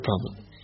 problem